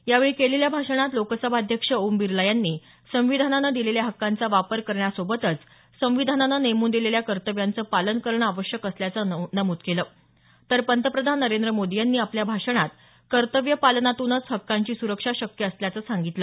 यावेळी केलेल्या भाषणात लोकसभाध्यक्ष ओम बिर्ला यांनी संविधानानं दिलेल्या हकांचा वापर करण्यासोबतच संविधानानं नेमून दिलेल्या कर्तव्यांचं पालन करणं आवश्यक असल्याचं नमूद केलं तर पंतप्रधान नरेंद्र मोदी यांनी आपल्या भाषणात कर्तव्य पालनातूनच हक्कांची सुरक्षा शक्य असल्याचं सांगितलं